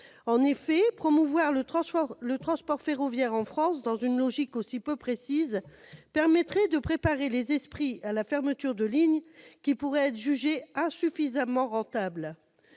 En effet, promouvoir le transport ferroviaire en France dans une logique aussi peu précise permettrait de préparer les esprits à la fermeture de lignes qui pourraient être jugées insuffisamment rentables.